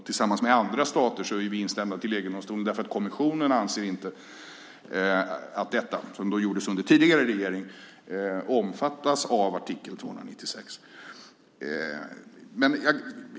Tillsammans med andra stater har vi blivit instämda för att kommissionen inte anser att detta, som gjordes under den tidigare regeringen, omfattas av artikel 296.